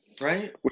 Right